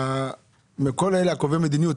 מכל קובעי המדיניות,